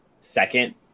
second